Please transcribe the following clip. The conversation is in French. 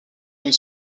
une